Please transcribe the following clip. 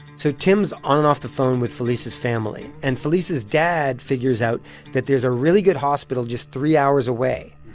so tim's on and off the phone with felisa's family. and felisa's dad figures out that there's a really good hospital just three hours away.